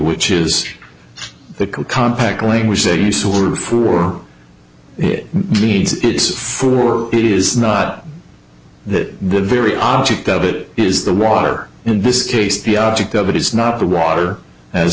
which is the compact language they use a word for it means it's for it is not that the very object of it is the water in this case the object of it is not the water as